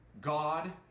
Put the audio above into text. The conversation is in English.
God